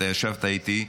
אתה ישבת איתי,